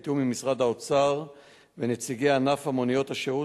בתיאום עם משרד האוצר ונציגי ענף מוניות השירות,